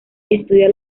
estudia